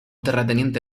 terrateniente